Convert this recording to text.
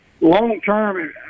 long-term